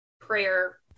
prayer